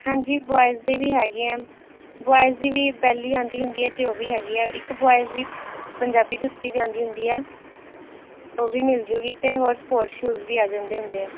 ਹਾਂਜੀ ਬੋਆਇਜ਼ ਦੇ ਵੀ ਹੈਗੇ ਐਂ ਬੋਆਇਜ਼ ਦੀ ਵੀ ਬੈਲੀ ਆਉਂਦੀ ਹੁੰਦੀ ਹੈ ਅਤੇ ਉਹ ਵੀ ਹੈਗੀ ਆ ਇੱਕ ਬੋਆਇਜ਼ ਦੀ ਪੰਜਾਬੀ ਜੁੱਤੀ ਵੀ ਆਉਂਦੀ ਹੁੰਦੀ ਹੈ ਉਹ ਵੀ ਮਿਲਜੂਗੀ ਅਤੇ ਹੋਰ ਸਪੋਰਟਸ ਸ਼ੂਜ਼ ਵੀ ਆ ਜਾਂਦੇ ਹੁੰਦੇ ਹੈ